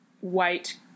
white